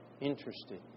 interested